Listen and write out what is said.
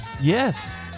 Yes